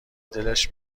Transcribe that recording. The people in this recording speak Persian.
دلش